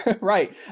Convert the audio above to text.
Right